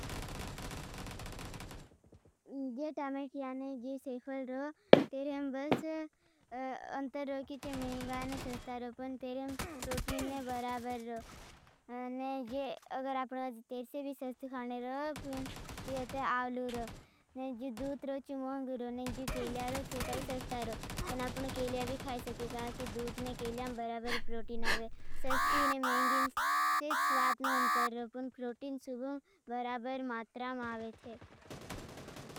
जे टामेट्रिया ने जे सेफल रो। तेरे हम बस अंतर रो। कि जे मेहिंगा ने सस्ता रो तरे हम प्रोटीन ने बराबर रो। अगर आपना जे तेर्से भी सस्त खाने रो। तेरे हम ते आवलू रो जे दूत रो। चुमोंग रो जे केलिया रो चे काई सस्ता रो। पर आपना केलिया भी खाई सकेगा। कि दूत ने केलियां बराबर प्रोटीन आवे। सस्ती ने मेहिंगी सेफ स्वात ने अंतर रो पुन प्रोटीन सुबं बराबर मात्रां आवे थे।